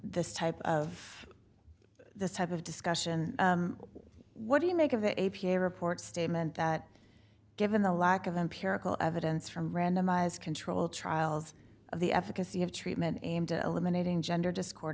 this type of this type of discussion what do you make of the a p a report statement that given the lack of empirical evidence from randomized control trials of the efficacy of treatment eliminating gender discord